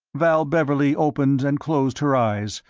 val beverley opened and closed her eyes,